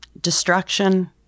destruction